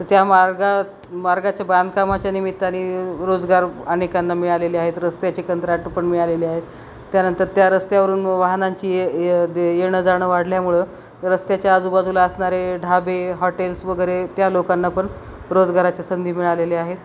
तर त्या मार्गात मार्गाच्या बांधकामाच्या निमित्तानी रोजगार अनेकांना मिळालेले आहेत रस्त्याचे कंत्राट पण मिळालेले आहेत त्यानंतर त्या रस्त्यावरून वाहनांची ये दे येणं जाणं वाढल्यामुळं रस्त्याच्या आजूबाजूला असणारे ढाबे हॉटेल्स वगैरे त्या लोकांना पण रोजगाराच्या संधी मिळालेले आहेत